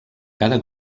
cada